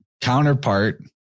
counterpart